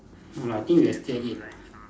no lah I think we can still eat